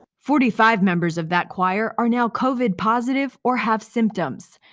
forty five members of that choir are now covid positive or have symptoms.